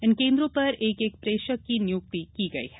इन केंद्रों पर एक एक प्रेक्षक की नियुक्ति की गई है